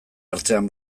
artean